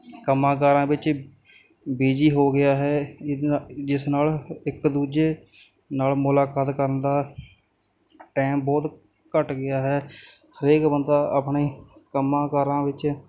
ਕੰਮਾਂ ਕਾਰਾਂ ਵਿੱਚ ਬੀਜੀ ਹੋ ਗਿਆ ਹੈ ਜਿਹਦੇ ਨਾਲ ਜਿਸ ਨਾਲ ਇੱਕ ਦੂਜੇ ਨਾਲ ਮੁਲਾਕਾਤ ਕਰਨ ਦਾ ਟੈਮ ਬਹੁਤ ਘੱਟ ਗਿਆ ਹੈ ਹਰੇਕ ਬੰਦਾ ਆਪਣੇ ਕੰਮਾਂ ਕਾਰਾਂ ਵਿੱਚ